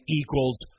equals